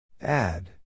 Add